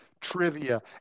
trivia